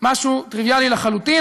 משהו טריוויאלי לחלוטין.